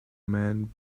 man